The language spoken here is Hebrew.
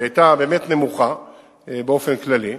שהיתה נמוכה באופן כללי,